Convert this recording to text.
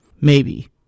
Maybe